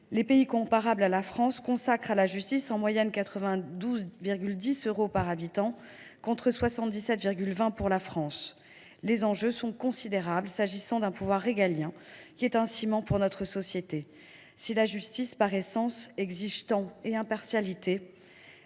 les pays comparables à la France consacrent à la justice, en moyenne, 92,10 euros par habitant, contre 77,20 euros pour notre pays. Les enjeux sont considérables s’agissant d’un pouvoir régalien, qui est un ciment pour notre société. Si la justice, par essence, exige temps et impartialité,